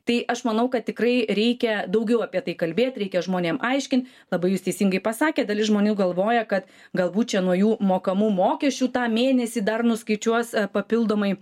tai aš manau kad tikrai reikia daugiau apie tai kalbėt reikia žmonėm aiškint labai jūs teisingai pasakėt dalis žmonių galvoja kad galbūt čia nuo jų mokamų mokesčių tą mėnesį dar nuskaičiuos papildomai